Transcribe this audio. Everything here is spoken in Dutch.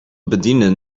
bedienen